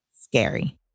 scary